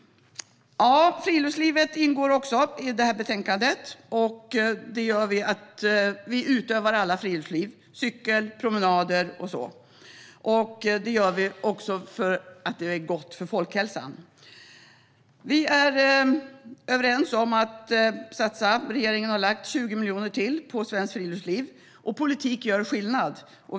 Friluftslivet ingår också i detta betänkande. Vi utövar alla friluftsliv. Det kan vara cykel, promenader och så. Det gör vi också för att det är gott för folkhälsan. Vi är överens om att satsa. Regeringen har lagt 20 miljoner till på Svenskt Friluftsliv. Politik gör skillnad!